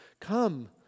Come